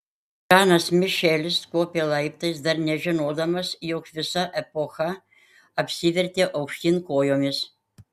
žanas mišelis kopė laiptais dar nežinodamas jog visa epocha apsivertė aukštyn kojomis